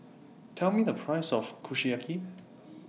Tell Me The Price of Kushiyaki